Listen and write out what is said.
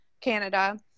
Canada